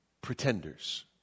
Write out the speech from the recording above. pretenders